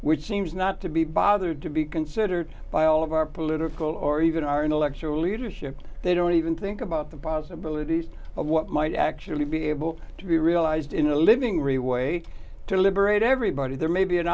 which seems not to be bothered to be considered by all of our political or even our intellectual leadership they don't even think about the possibilities of what might actually be able to be realized in a living real way to liberate everybody there may be an